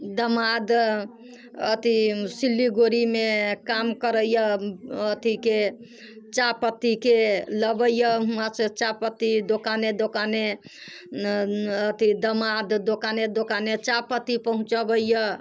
दामाद अथी सिल्लीगुड़ीमे काम करैए अथीके चाहपत्तीके लबैए हुआँसँ चाहपत्ती दोकाने दोकाने अथी दामाद दोकाने दोकाने चाहपत्ती पहुँचबैए